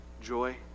joy